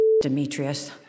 Demetrius